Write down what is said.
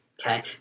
okay